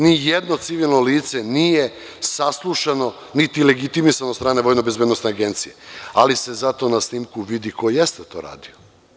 Nijedno civilno lice nije saslušano, niti legitimisano od strane Vojnobezbednosne agencije, ali se zato na snimku vidi ko jeste to radio.